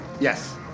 Yes